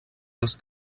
els